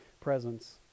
presence